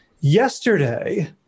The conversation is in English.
yesterday